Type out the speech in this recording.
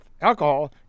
alcohol